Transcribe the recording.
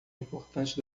importante